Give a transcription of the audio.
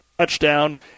Touchdown